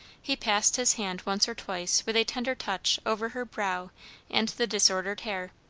he passed his hand once or twice with a tender touch over her brow and the disordered hair.